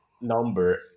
number